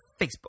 Facebook